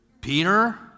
Peter